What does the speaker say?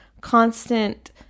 constant